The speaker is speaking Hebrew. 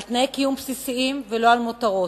על תנאי קיום בסיסיים ולא על מותרות,